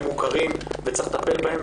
הם מוכרים וצריך לטפל בהם,